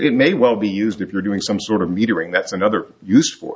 it may well be used if you're doing some sort of metering that's another use for